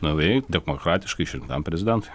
naujai demokratiškai išrinktam prezidentui